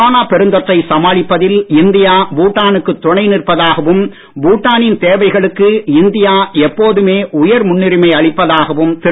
corona பெருந்தொற்றை சமாளிப்பதில் India பூட்டா னுக்கு துணை நிற்பதாகவும் பூட்டானின் தேவைகளுக்கு இந்தியா எப்போதுமே உயர் முன்னுரிமை அளிப்பதாகவும் திரு